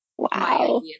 Wow